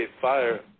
Fire